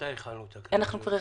מתי הרחבנו את הקריטריונים?